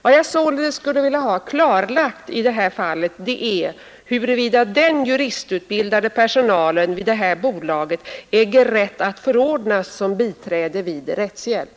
Vad jag således skulle vilja ha klarlagt i detta fall är om den juristutbildade personalen vid detta bolag äger rätt att förordnas såsom biträde vid rättshjälp.